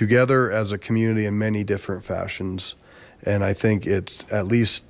together as a community in many different fashions and i think it's at least